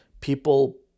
people